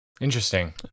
Interesting